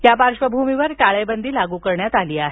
या पार्श्वभूमीवर टाळेबंदी लागू करण्यात आली आहे